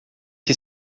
que